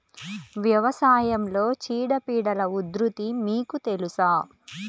వ్యవసాయంలో చీడపీడల ఉధృతి మీకు తెలుసా?